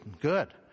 good